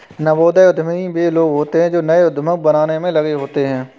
नवोदित उद्यमी वे लोग होते हैं जो नए उद्यम बनाने में लगे होते हैं